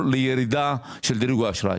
לירידה של דירוג האשראי.